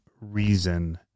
reason